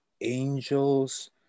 angels